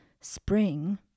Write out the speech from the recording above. spring